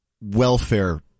welfare